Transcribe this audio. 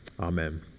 Amen